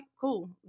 cool